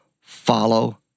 Follow